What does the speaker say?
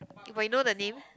but you know the name